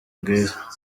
bwiza